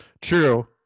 True